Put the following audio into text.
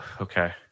okay